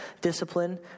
discipline